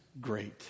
great